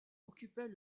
occupait